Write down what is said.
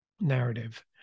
narrative